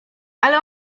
ale